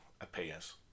appears